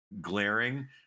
glaring